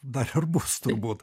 dar ir bus turbūt